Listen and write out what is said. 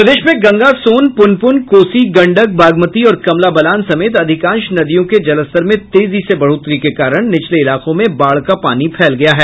प्रदेश में गंगा सोन पुनपुन कोसी गंडक बागमती और कमला बलान समेत अधिकांश नदियों के जलस्तर में तेजी से बढ़ोतरी के कारण निचले इलाकों में बाढ़ का पानी फैल गया है